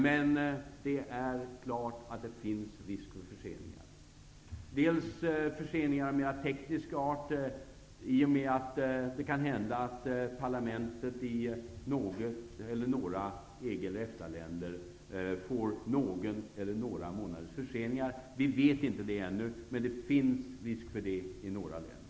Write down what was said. Men det är klart att det finns risk för förseningar, bl.a. förseningar av mer teknisk art i och med att det kan hända att parlamentet i något eller några EG eller EFTA länder får någon eller några månaders förseningar. Vi vet ännu inte det, men det finns risk för det i några länder.